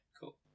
cool